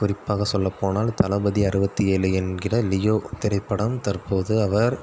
குறிப்பாக சொல்ல போனால் தளபதி அறுபத்தி ஏழு என்கின்ற லியோ திரைப்படம் தற்போது அவர்